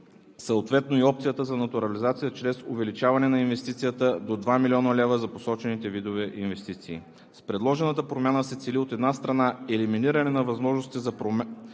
съответно и опцията за натурализация чрез увеличаване на инвестицията до 2 млн. лв. за посочените видове инвестиции. С предложената промяна се цели, от една страна, елиминиране на възможностите за